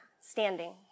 standing